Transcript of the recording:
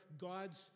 God's